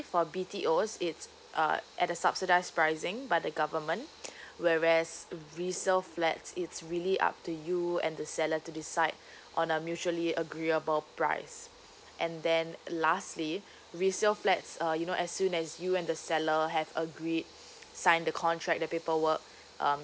for B T Os its uh at the subsidised pricing by the government whereas resale flats it's really up to you and the seller to decide on a mutually agreeable price and then lastly resale flats uh you know as soon as you and the seller have agreed sign the contract the paper work um